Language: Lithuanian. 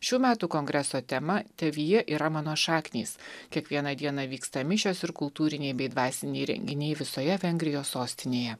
šių metų kongreso tema tavyje yra mano šaknys kiekvieną dieną vyksta mišios ir kultūriniai bei dvasiniai renginiai visoje vengrijos sostinėje